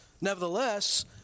Nevertheless